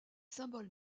symboles